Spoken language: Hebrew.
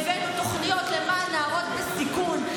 הבאנו תוכניות למען נערות בסיכון,